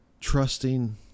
trusting